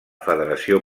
federació